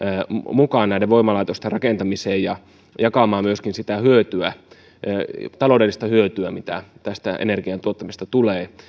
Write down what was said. mukaan näiden voimalaitosten rakentamiseen ja jakamaan myöskin sitä taloudellista hyötyä mitä tästä energian tuottamisesta tulee